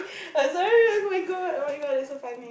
err oh-my-God oh-my-God that's so funny